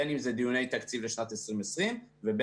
בין אם זה דיוני תקציב לשנת 2020 ובין